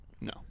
no